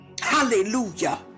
Hallelujah